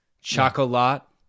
Chocolat